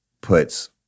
puts